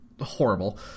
horrible